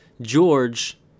George